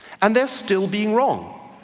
and they are still being wrong.